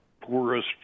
poorest